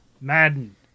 Madden